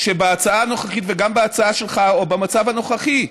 בהצעה הנוכחית וגם בהצעה שלך, או במצב הנוכחי,